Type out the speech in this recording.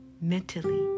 mentally